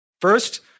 First